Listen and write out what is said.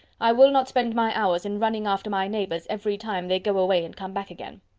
i will not spend my hours in running after my neighbours every time they go away and come back again.